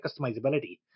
customizability